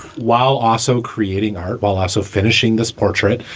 while also creating art while also finishing this portrait,